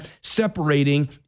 separating